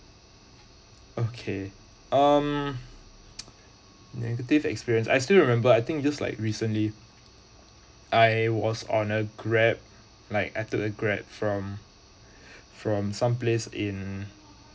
okay um negative experience I still remember I think just like recently I was on a grab like I took a grab from from some place in